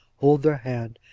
hold their hand,